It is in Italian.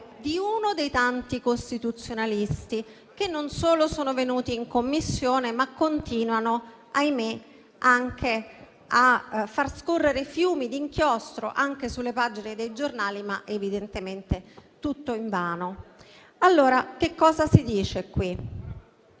di uno dei tanti costituzionalisti che non solo sono venuti in Commissione, ma continuano - ahimè - a far scorrere fiumi d'inchiostro sulle pagine dei giornali, ma evidentemente tutto invano. Uno di loro scrive: